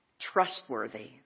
trustworthy